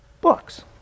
books